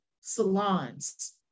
salons